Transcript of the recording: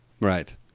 Right